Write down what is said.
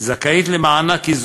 שני-שלישים מזה של ברנר.